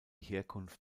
herkunft